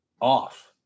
off